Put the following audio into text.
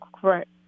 correct